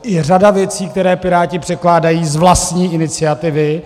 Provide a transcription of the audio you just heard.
Je řada věcí, které Piráti předkládají z vlastní iniciativy.